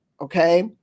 okay